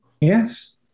Yes